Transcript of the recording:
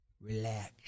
Relax